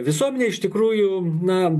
visuomenė iš tikrųjų na